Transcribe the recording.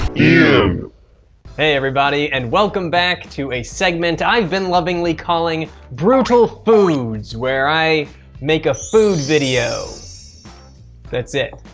um hey everybody, and welcome back to a segment i've been lovingly calling brutalfoods, where i make a food video that's it.